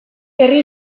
herri